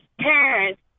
parents